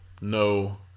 no